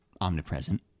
omnipresent